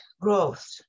growth